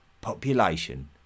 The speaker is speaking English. population